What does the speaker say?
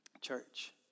church